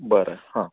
बरं हां